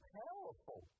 powerful